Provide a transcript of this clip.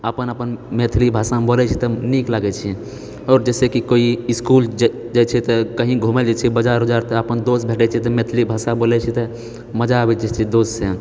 अपन अपन मैथिली भाषामे बोलय छी तऽ नीक लागैछे और जैसेकि कोइ इसकुल जाइछेै तऽ कही घुमैले जाइछेै बाजार वाजार तऽ अपन दोस्त भेटए छै तऽ मैथिली भाषा बोलय छै तऽ मजा आबैछे दोस्तसे